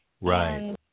Right